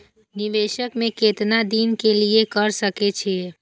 निवेश में केतना दिन के लिए कर सके छीय?